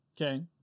Okay